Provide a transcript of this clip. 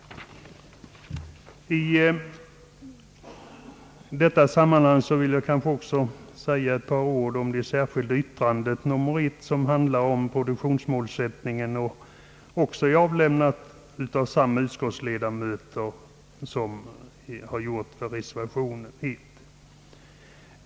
I detta sammanhang vill jag också säga ett par ord om det särskilda yttrandet nr 1 som handlar om produktionsmålsättningen och som också är avlämnat av samma utskottsledamöter som svarar för reservation 1.